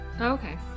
Okay